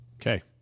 Okay